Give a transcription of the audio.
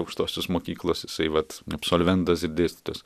aukštosios mokyklos jisai vat absolventas ir dėstytojas